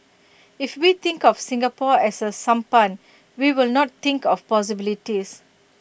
if we think of Singapore as A sampan we will not think of possibilities